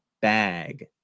bag